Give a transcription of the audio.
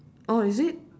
oh is it